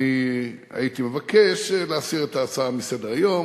אני הייתי מבקש להסיר את ההצעה מסדר-היום,